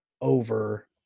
over